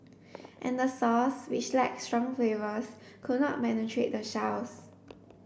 and the sauce which lacked strong flavours could not penetrate the shells